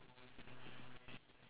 I think